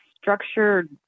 structured